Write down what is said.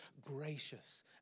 gracious